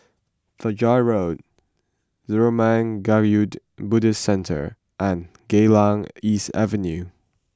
Fajar Road Zurmang Kagyud Buddhist Centre and Geylang East Avenue